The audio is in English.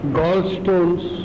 gallstones